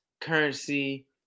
Currency